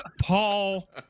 paul